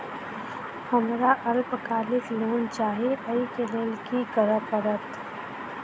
हमरा अल्पकालिक लोन चाहि अई केँ लेल की करऽ पड़त?